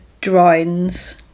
drawings